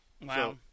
Wow